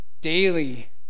daily